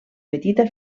petita